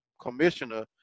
commissioner